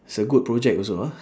it's a good project also ah